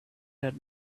had